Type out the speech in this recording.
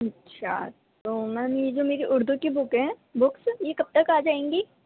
اچھا تو میم یہ جو میری اردو کی بک ہیں بکس یہ کب تک آ جائیں گی